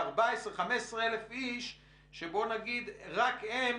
15-14 אלף איש שהם רק על